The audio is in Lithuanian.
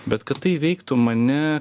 bet kad tai veiktų mane